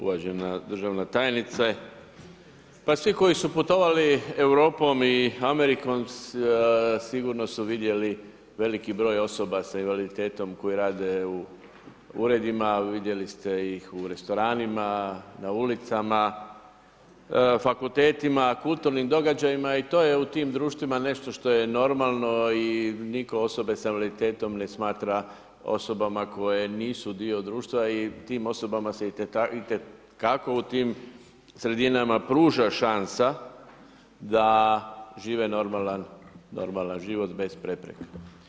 Uvažena državna tajnice, pa svi koji su putovali Europom i Amerikom sigurno su vidjeli veliki broj osoba sa invaliditetom koje rade u uredima, vidjeli ste ih u restoranima, na ulicama, fakultetima, kulturnim događajima i to je u tim društvima nešto što je normalno i nitko osobe sa invaliditetom ne smatra osobama koje nisu dio društva i tim osobama se itekako u tim sredinama pruža šansa da žive normalan život bez prepreka.